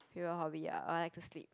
your hobby ah I like to sleep